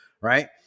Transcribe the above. right